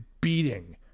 beating